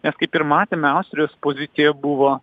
mes kaip ir matėme austrijos pozicija buvo